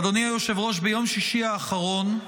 אדוני היושב-ראש, ביום שישי האחרון,